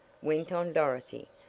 went on dorothy,